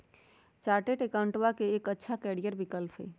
chartered अकाउंटेंटवा के एक अच्छा करियर विकल्प हई